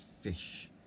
fish